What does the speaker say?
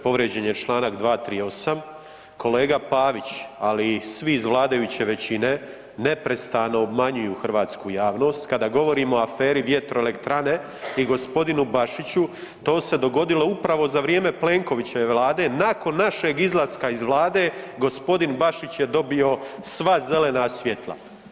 Povrijeđen je čl. 238., kolega Pavić, ali i svi iz vladajuće većine neprestano obmanjuju hrvatsku javnost kada govorimo o aferi Vjetroelektrane i gospodinu Bašiću, to se dogodilo upravo za vrijeme Plenkovićeve vlade nakon našeg izlaska iz vlade gospodin Bašić je dobio sva zelena svjetla.